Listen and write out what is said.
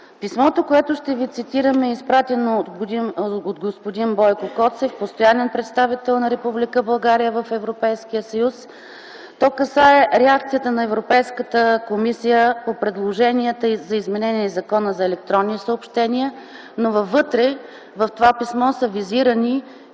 Писмото, което ще ви цитирам, е изпратено от господин Бойко Коцев – постоянен представител на Република България в Европейския съюз. То касае реакцията на Европейската комисия по предложенията за изменение в Закона за електронните съобщения, но вътре в това писмо са визирани